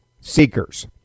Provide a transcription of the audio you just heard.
seekers